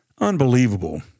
Unbelievable